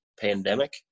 pandemic